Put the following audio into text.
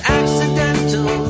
accidental